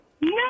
No